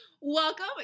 Welcome